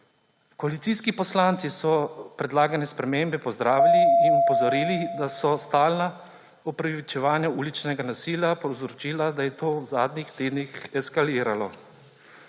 Koalicijski poslanci so predlagane spremembe pozdravili in opozorili, da so stalna upravičevanja uličnega nasilja povzročila, da je to v zadnjih tednih eskaliralo.